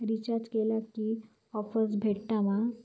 Recharge केला की offers भेटात मा?